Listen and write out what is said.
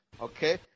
Okay